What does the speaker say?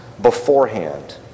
beforehand